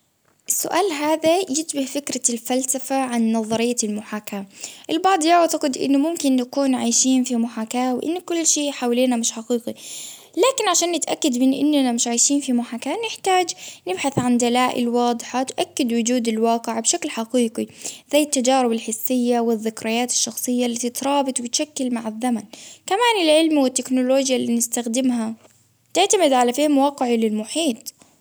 السؤال هذا يشبه فكرة الفلسفة عن نظرية المحاكاة، البعض يعتقد إنه ممكن نكون عايشين في محاكاة، وأن كل شيء حوالينا مش حقيقي، لكن عشان نتأكد من أننا مش عايشين في محاكاة، نحتاج نبحث عن دلائل واضحة تأكد وجود الواقع بشكل حقيقي، زي التجارب الحسية، والزكريات الشخصية اللي تترابط وتشكل مع الزمن، كمان العلم والتكنولوجيا اللي بنستخدمها، تعتمد على فهم واقعي للمحيط..